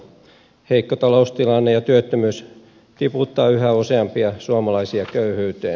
heikko taloustilanne ja työttömyys tiputtaa yhä useampia suomalaisia köyhyyteen